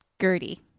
Gertie